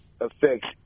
Affects